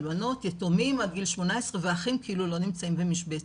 אלמנות יתומים עד גיל 18' ואחים כאילו לא נמצאים במשבצת.